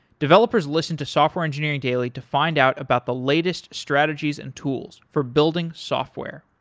developers listen to software engineering daily to find out about the latest strategies and tools for building software.